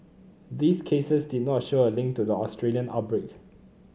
these cases did not show a link to the Australian outbreak